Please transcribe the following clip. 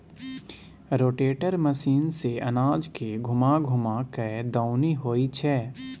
rotator machine सँ अनाज के घूमा घूमा कय दऊनी होइ छै